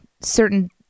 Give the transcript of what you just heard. certain